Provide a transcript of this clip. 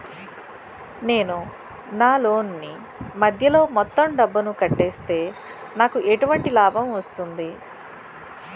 నేను నా లోన్ నీ మధ్యలో మొత్తం డబ్బును కట్టేస్తే నాకు ఎటువంటి లాభం వస్తుంది?